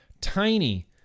Tiny